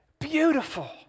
Beautiful